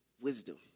wisdom